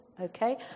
okay